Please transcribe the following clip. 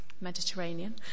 Mediterranean